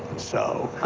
so